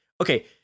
okay